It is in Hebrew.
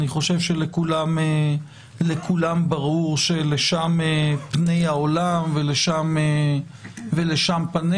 אני חושב שלכולם ברור שלשם פני העולם ולשם פנינו.